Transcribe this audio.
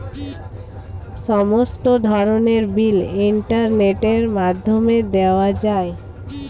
সমস্ত ধরনের বিল ইন্টারনেটের মাধ্যমে দেওয়া যায়